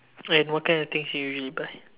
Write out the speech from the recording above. and what kind of things you usually to buy